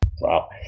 Wow